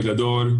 בגדול,